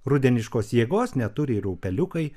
rudeniškos jėgos neturi ir upeliukai